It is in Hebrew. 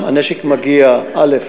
הנשק מגיע, א.